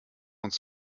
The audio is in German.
uns